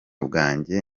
bwanjye